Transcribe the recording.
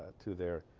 to their